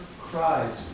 cries